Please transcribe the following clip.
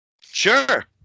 sure